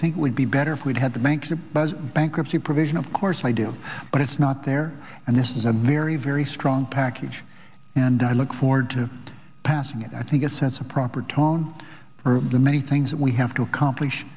think would be better if we had to make the buzz bankruptcy provision of course i do but it's not there and this is a very very strong package and i look forward to passing it i think it sets a proper tone for the many things that we have to accomplish